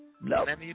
No